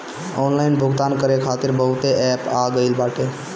online भुगतान करे खातिर बहुते एप्प आ गईल बाटे